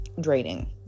draining